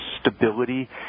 stability